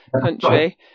country